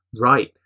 Right